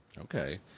Okay